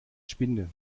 spinde